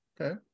okay